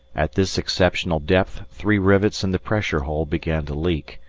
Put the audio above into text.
at this exceptional depth, three rivets in the pressure hull began to leak,